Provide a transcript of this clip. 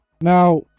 Now